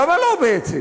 למה לא בעצם?